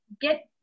get